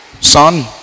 Son